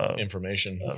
information